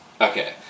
Okay